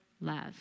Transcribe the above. love